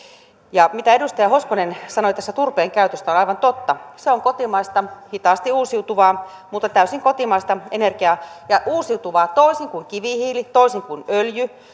ja se mitä edustaja hoskonen sanoi tästä turpeen käytöstä on aivan totta se on kotimaista hitaasti uusiutuvaa mutta täysin kotimaista energiaa ja uusiutuvaa toisin kuin kivihiili toisin kuin öljy